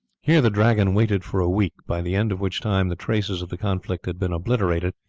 here the dragon waited for a week, by the end of which time the traces of the conflict had been obliterated,